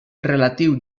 relatiu